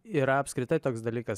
yra apskritai toks dalykas